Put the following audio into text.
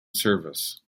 service